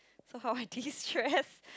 so how I de-stress